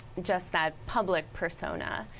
just that public persona.